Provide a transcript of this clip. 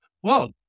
whoa